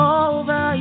over